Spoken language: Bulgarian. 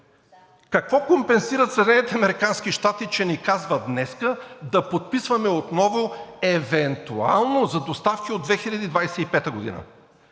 американски щати, че ни казват днес да подписваме отново евентуално за доставки от 2025 г.?